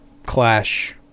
Clash